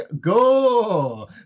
go